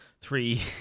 three